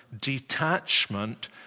detachment